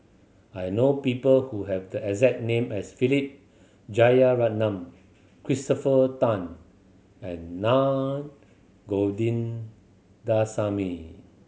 I know people who have the exact name as Philip Jeyaretnam Christopher Tan and Naa Govindasamy